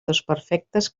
desperfectes